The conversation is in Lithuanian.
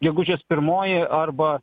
gegužės pirmoji arba